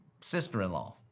sister-in-law